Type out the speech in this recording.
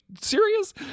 serious